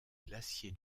glacier